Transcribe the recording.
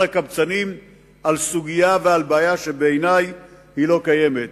הקבצנים בגלל סוגיה ובעיה שבעיני לא קיימת.